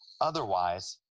Otherwise